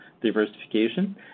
diversification